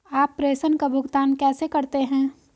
आप प्रेषण का भुगतान कैसे करते हैं?